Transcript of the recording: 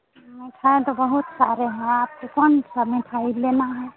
मिठाई तो बहुत सारे हैं आपको कौन सा मिठाई लेना है